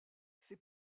ses